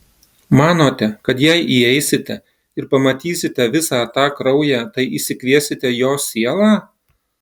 manote kad jei įeisite ir pamatysite visą tą kraują tai išsikviesite jos sielą